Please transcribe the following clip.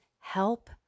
help